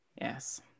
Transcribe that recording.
Yes